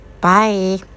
Bye